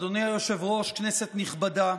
אדוני היושב-ראש, כנסת נכבדה,